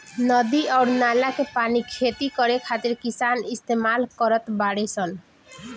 नदी अउर नाला के पानी खेती करे खातिर किसान इस्तमाल करत बाडे सन